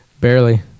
Barely